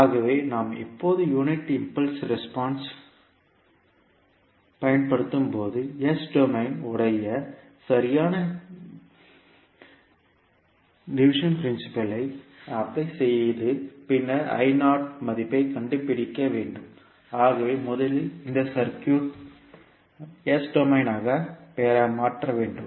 ஆகவே நாம் எப்போது யூனிட் இம்பல்ஸ் ரெஸ்பான்ஸ் பயன்படுத்தும்போது S டொமைன் உடைய சரியான டிவிஷன் பிரின்சிபல் அப்ளை செய்து பின்னர் மதிப்பை கண்டுபிடிக்க வேண்டும் ஆகவே முதலில் இந்த சர்க்யூட் S டொமைனாக மாற்ற வேண்டும்